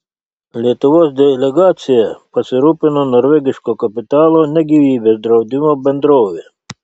lietuvos delegacija pasirūpino norvegiško kapitalo ne gyvybės draudimo bendrovė